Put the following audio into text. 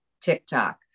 TikTok